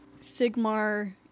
Sigmar